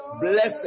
Blessed